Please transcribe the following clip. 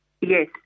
Yes